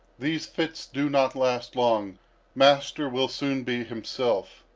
these fits do not last long master will soon be himself.